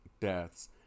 deaths